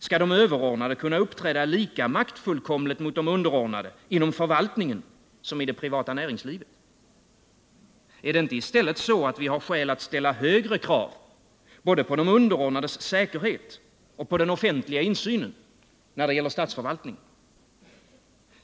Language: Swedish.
Skall de överordnade kunna uppträda lika maktfullkomligt mot de underordnade inom förvaltningen som i det privata näringslivet? Är det inte i stället så, att vi har skäl att ställa högre krav både på de underordnades säkerhet och på den offentliga insynen när det gäller statsförvaltningen?